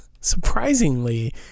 surprisingly